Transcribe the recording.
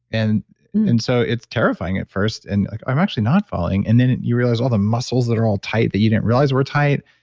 and and so it's terrifying at first and i'm actually not falling, and then you realize all the muscles that are all tight that you didn't realize were tight,